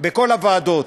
בכל הוועדות,